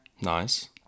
nice